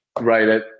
right